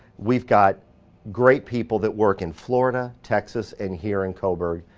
we've got great people that work in florida, texas and here in coburg.